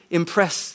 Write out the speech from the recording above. impress